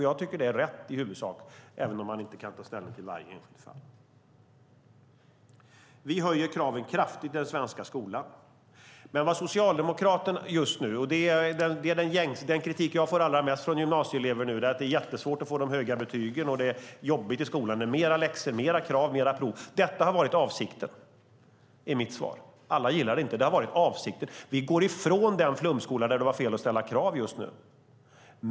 Jag tycker att det är rätt i huvudsak även om man inte kan ta ställning till varje enskilt fall. Vi höjer kraven kraftigt i den svenska skolan just nu. Den kritik jag får allra mest från gymnasieelever är att det är jättesvårt att få de höga betygen och att det är jobbigt i skolan. Det är mer läxor, mer krav och mer prov. Mitt svar är att det har varit avsikten. Alla gillar det inte. Vi går ifrån flumskolan där det var fel att ställa krav.